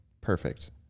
perfect